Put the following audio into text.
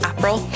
April